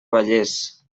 vallés